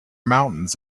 mountains